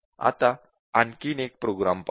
आता आणखी एक प्रोग्राम पाहू